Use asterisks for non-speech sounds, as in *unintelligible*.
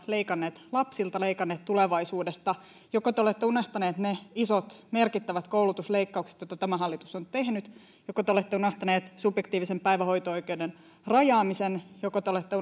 leikanneet lapsilta leikanneet tulevaisuudesta joko te olette unohtanut ne isot merkittävät koulutusleikkaukset joita tämä hallitus on tehnyt joko te olette unohtanut subjektiivisen päivähoito oikeuden rajaamisen joko te olette *unintelligible*